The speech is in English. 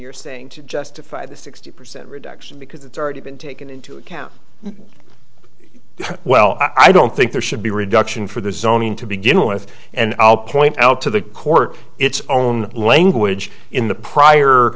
you're saying to justify the sixty percent reduction because it's already been taken into account well i don't think there should be reduction for the zoning to begin with and i'll point out to the court its own language in the prior